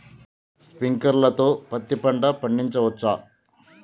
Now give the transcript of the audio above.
Sprinkler తో పత్తి పంట పండించవచ్చా?